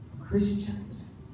Christians